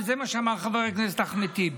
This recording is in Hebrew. וזה מה שאמר חבר הכנסת אחמד טיבי.